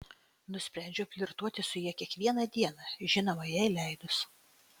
nusprendžiau flirtuoti su ja kiekvieną dieną žinoma jai leidus